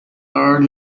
are